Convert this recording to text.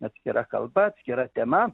atskira kalba atskira tema